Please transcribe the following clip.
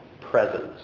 presence